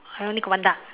I only got one duck